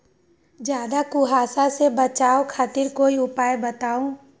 ज्यादा कुहासा से बचाव खातिर कोई उपाय बताऊ?